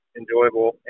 enjoyable